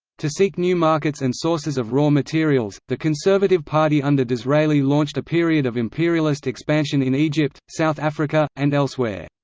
to seek new markets and sources of raw materials, the conservative party under disraeli launched a period of imperialist expansion in egypt, south africa, and elsewhere.